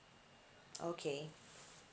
okay